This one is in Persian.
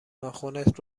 ناخنت